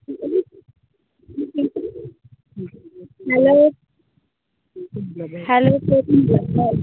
hello hello